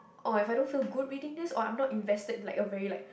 oh if I don't feel good reading this or I'm not invested like a very like